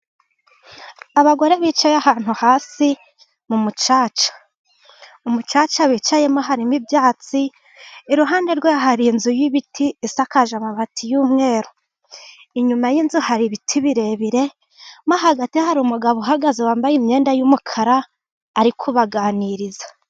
Abagore bicaye ahantu hasi mu mucaca. Umucaca bicayemo harimo ibyatsi, iruhande rwe hari inzu y'ibiti isakaje amabati y'umweru. Inyuma y'inzu hari ibiti birebire maze hagati hari umugabo uhagaze wambaye imyenda y'umukara arikubaganiriza.